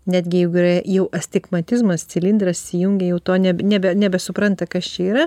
netgi jeigu yra jau astigmatizmas cilindras įjungia jau to neb nebe nebesupranta kas čia yra